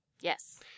Yes